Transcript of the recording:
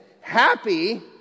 happy